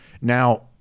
Now